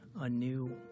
anew